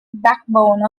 backbone